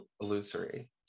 illusory